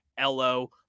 LO